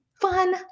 fun